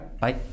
Bye